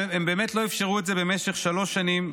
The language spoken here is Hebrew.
הם באמת לא אפשרו את זה במשך שלוש שנים.